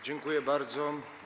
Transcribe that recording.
Dziękuję bardzo.